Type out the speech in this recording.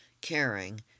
caring